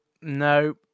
no